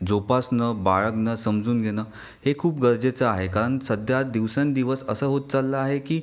जोपासणं बाळगणं समजून घेणं हे खूप गरजेचं आहे कारण सध्या दिवसेंदिवस असं होत चाललं आहे की